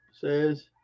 says